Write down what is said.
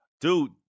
dude